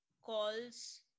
calls